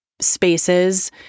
spaces